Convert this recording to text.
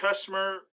customer